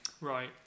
Right